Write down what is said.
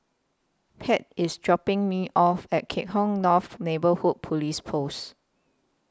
Pate IS dropping Me off At Kah Hong North Neighbourhood Police Post